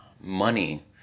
money